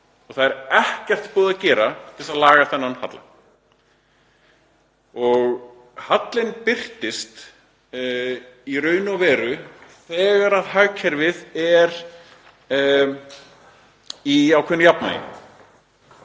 Og það er ekkert búið að gera til að laga þennan halla. Hallinn birtist í raun og veru þegar hagkerfið er í ákveðnu jafnvægi,